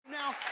now,